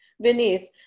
Beneath